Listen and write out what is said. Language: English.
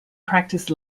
practiced